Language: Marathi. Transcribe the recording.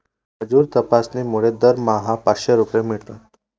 मजूर तपासणीमुळे दरमहा पाचशे रुपये मिळतात